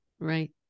Right